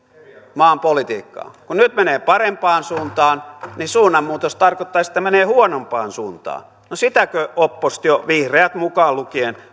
maan politiikkaan kun nyt menee parempaan suuntaan suunnanmuutos tarkoittaisi sitä että menee huonompaan suuntaan no sitäkö oppositio vihreät mukaan lukien